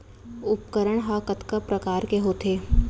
उपकरण हा कतका प्रकार के होथे?